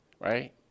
right